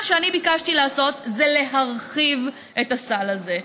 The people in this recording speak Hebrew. מה שאני ביקשתי לעשות זה להרחיב את הסל הזה,